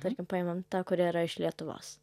tarkim paimam tą kuri yra iš lietuvos